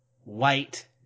white